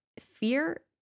fear